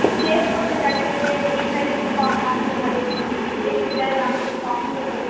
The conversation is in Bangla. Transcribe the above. একটু লেস করতে চাইছে যে এই শাড়িটা একটু কম দাম হলে ভালো হতো এই চুড়িদারের দামটা একটু কম হলে ভালো হতো